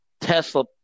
Tesla –